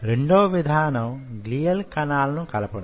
రెండవ విధానం గ్లియల్ కణాలను కలపడం